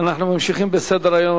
אנחנו ממשיכים בסדר-היום,